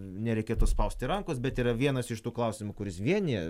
nereikėtų spausti rankos bet yra vienas iš tų klausimų kuris vienija